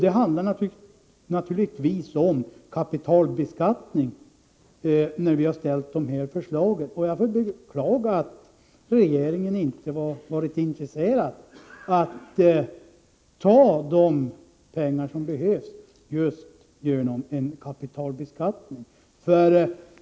Vi har naturligtvis föreslagit kapitalbeskattning. Jag beklagar att regeringen inte har varit intresserad av att ta de pengar som behövs genom kapitalbeskattning.